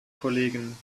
kollegen